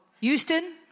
Houston